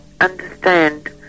understand